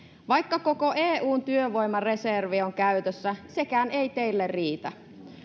vaikka koko eun työvoimareservi on käytössä sekään ei teille riitä